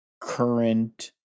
current